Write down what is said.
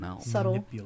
subtle